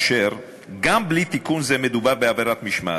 שכן גם בלי תיקון זה מדובר בעבירת משמעת,